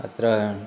अत्र